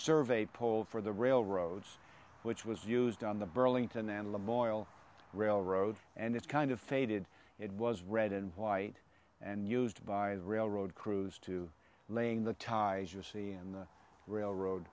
survey poll for the railroads which was used on the burlington and the boil railroad and it's kind of faded it was red and white and used by the railroad crews to laying the ties you see and the railroad